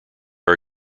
are